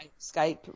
Skype